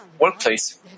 workplace